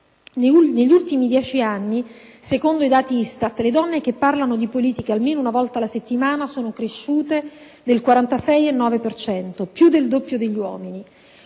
Negli ultimi dieci anni, secondo i dati ISTAT, le donne che parlano di politica almeno una volta alla settimana sono cresciute del 46,9 per cento, più del doppio degli uomini;